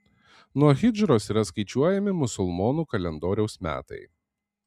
nuo hidžros yra skaičiuojami musulmonų kalendoriaus metai